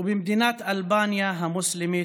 ובמדינת אלבניה המוסלמית,